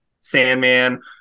sandman